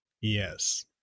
Yes